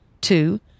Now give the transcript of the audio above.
Two